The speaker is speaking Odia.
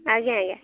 ଆଜ୍ଞା ଆଜ୍ଞା